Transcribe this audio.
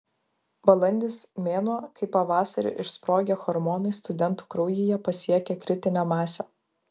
balandis mėnuo kai pavasarį išsprogę hormonai studentų kraujyje pasiekia kritinę masę